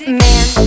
man